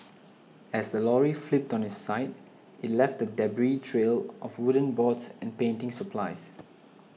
as the lorry flipped on its side it left a debris trail of wooden boards and painting supplies